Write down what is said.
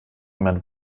jemand